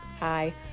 Hi